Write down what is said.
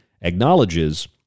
acknowledges